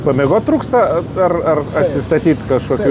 pamiegot trūksta ar ar ar atsistatyt kažkokių